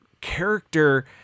character